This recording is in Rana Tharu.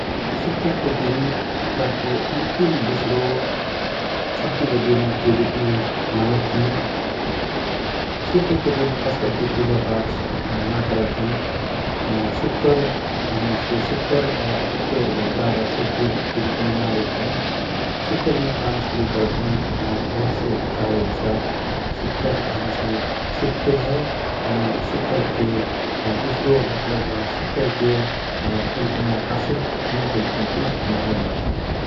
शुक्रको दिन हाप्ताको दोस्रो अन्तिम छुट्टिके रूपमे मानत हए शुक्र के दिन खास करके पुजा पाठ नाकरत हँए । शुक्रर कहन्से शुक्र जादा शुभ दिनके रूपमे ना लेत हए । शुक्र के दिन से काम शुरू करत हँए कहेसे शुख फिर हए, शुक्र, शुक्र के खास करके अशुभ मानो जात हाँए ।